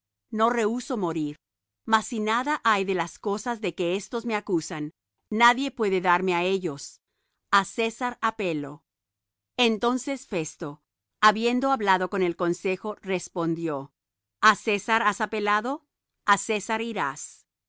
no rehuso morir mas si nada hay de las cosas de que éstos me acusan nadie puede darme á ellos a césar apelo entonces festo habiendo hablado con el consejo respondió a césar has apelado á césar irás